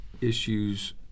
issues